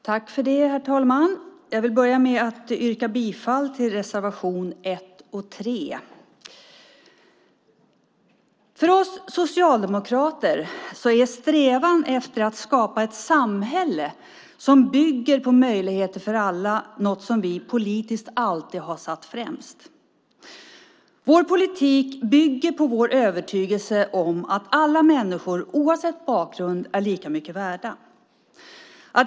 Herr talman! Jag vill börja med att yrka bifall till reservationerna 1 och 3. För oss socialdemokrater är strävan efter att skapa ett samhälle som bygger på möjligheter för alla något som vi politiskt alltid har satt främst. Vår politik bygger på vår övertygelse om att alla människor oavsett bakgrund är lika mycket värda.